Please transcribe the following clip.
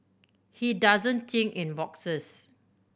he doesn't think in boxes